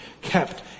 kept